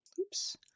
Oops